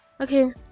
okay